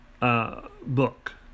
book